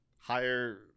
higher